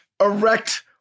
erect